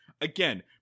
again